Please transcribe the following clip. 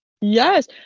Yes